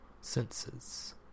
senses